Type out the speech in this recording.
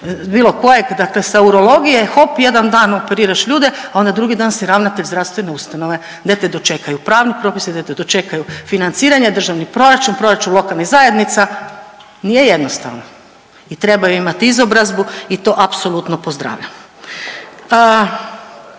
bilo kojeg dakle sa urologije hop jedan dan operiraš ljude, a onda drugi dan si ravnatelj zdravstvene ustanove de te dočekaju pravni propisi, de te dočekaju financiranja, državni proračun, proračun lokalnih zajednica, nije jednostavno i treba imat izobrazbu i to apsolutno pozdravljam.